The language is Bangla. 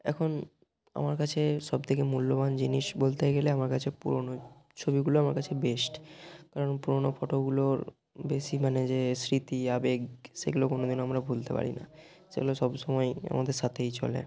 এখন আমার কাছে সব থেকে মূল্যবান জিনিস বলতে গেলে আমার কাছে পুরনো ছবিগুলো আমার কাছে বেস্ট কারণ পুরনো ফটোগুলোর বেশি মানে যে স্মৃতি আবেগ সেগলো কোনদিনও আমরা ভুলতে পারি না সেগুলো সব সময় আমাদের সাথেই চলে